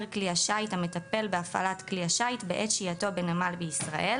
כלי השיט המטפל בהפעלת כלי השיט בעת שהייתו בנמל בישראל,"